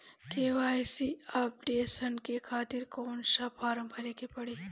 KYC updation के खातिर कौन सा फारम भरे के पड़ी?